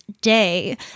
day